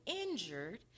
injured